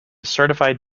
certified